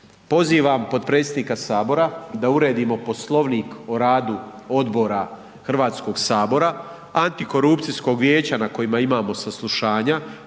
Pozivam potpredsjednika Sabora da uredimo Poslovnik o radu odbora Hrvatskog sabora, Antikorupcijskog vijeća na kojemu imamo saslušanja